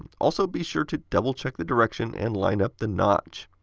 um also be sure to double check the direction and line up the notch!